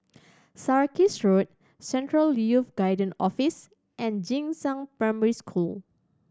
Sarkies Road Central Youth Guidance Office and Jing Shan Primary School